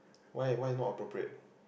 why why no appropriate